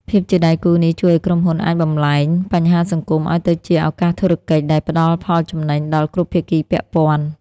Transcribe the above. ភាពជាដៃគូនេះជួយឱ្យក្រុមហ៊ុនអាចបំប្លែង "បញ្ហាសង្គម" ឱ្យទៅជា "ឱកាសធុរកិច្ច" ដែលផ្ដល់ផលចំណេញដល់គ្រប់ភាគីពាក់ព័ន្ធ។